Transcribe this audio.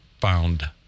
found